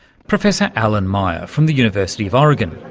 professor alan meyer from the university of oregon.